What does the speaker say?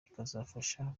bikazabafasha